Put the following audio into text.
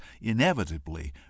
inevitably